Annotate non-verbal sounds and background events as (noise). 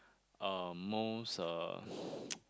um most uh (breath) (noise)